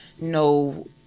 no